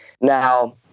Now